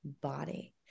body